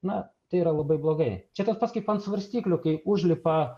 na tai yra labai blogai čia tas pats kaip ant svarstyklių kai užlipa